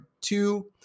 two